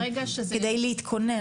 כדי להתכונן,